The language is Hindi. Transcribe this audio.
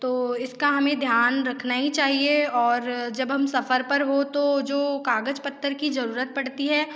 तो इसका हमें ध्यान रखना ही चाहिए और जब हम सफ़र पर हों तो जो कागज़ पत्र की ज़रूरत पड़ती है